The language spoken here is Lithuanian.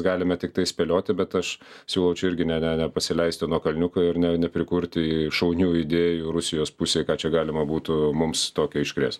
galime tiktai spėlioti bet aš siūlau čia irgi ne ne nepasileisti nuo kalniuko ir ne neprikurti šaunių idėjų rusijos pusei ką čia galima būtų mums tokio iškrėst